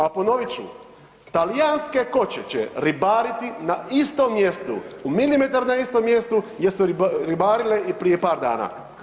A ponovit ću, talijanske koće će ribariti na istom mjestu, u milimetar na istom mjestu gdje su ribarile i prije par dana.